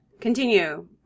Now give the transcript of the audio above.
Continue